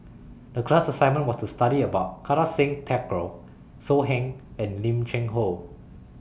The class assignment was to study about Kartar Singh Thakral So Heng and Lim Cheng Hoe